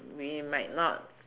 we might not